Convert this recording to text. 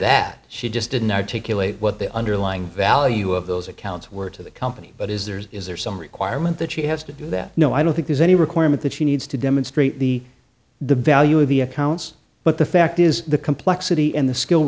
that she just didn't articulate what the underlying value of those accounts were to the company but is there is there some requirement that she has to do that no i don't think there's any requirement that she needs to demonstrate the the value of the accounts but the fact is the complexity and the skill